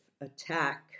attack